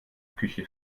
küche